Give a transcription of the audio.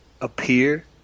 appear